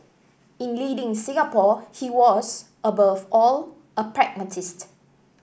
in leading Singapore he was above all a pragmatist